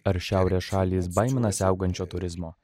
ar šiaurės šalys baiminasi augančio turizmo